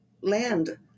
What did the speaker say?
land